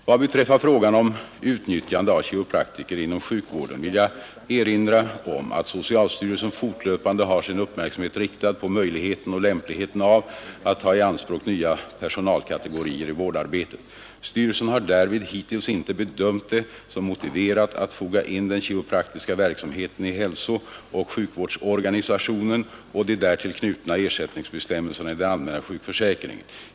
Vad beträffar frågan om utnyttjande av kiropraktiker inom sjukvården vill jag erinra om att socialstyrelsen fortlöpande har sin uppmärksamhet riktad på möjligheten och lämpligheten av att ta i anspråk nya personalkategorier i vårdarbetet. Styrelsen har därvid hittills inte bedömt det som motiverat att foga in den kiropraktiska verksamheten i hälsooch sjukvårdsorganisationen och de därtill knutna ersättningsbestämmelserna i den allmänna försäkringen.